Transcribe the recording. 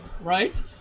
right